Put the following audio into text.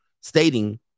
stating